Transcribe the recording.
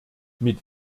mit